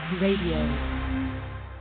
Radio